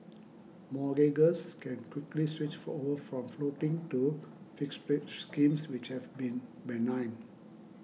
mortgagors can quickly switch over from floating to fixed rate schemes which have been benign